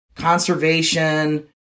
conservation